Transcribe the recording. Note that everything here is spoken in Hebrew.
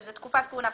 שזאת תקופת כהונה,